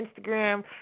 Instagram